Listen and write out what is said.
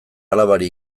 alabari